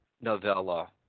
novella